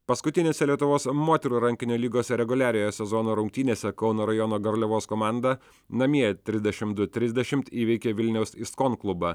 paskutinėse lietuvos moterų rankinio lygos reguliariojo sezono rungtynėse kauno rajono garliavos komanda namie trisdešimt du trisdešimt įveikė vilniaus istkon klubą